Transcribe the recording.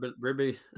Ribby